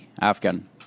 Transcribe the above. Afghan